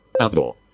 outdoor